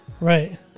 Right